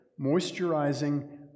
moisturizing